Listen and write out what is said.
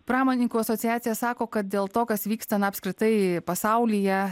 pramonininkų asociacija sako kad dėl to kas vyksta apskritai pasaulyje